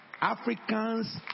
Africans